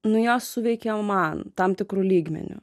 nu jos suveikė man tam tikru lygmeniu